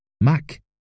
Mac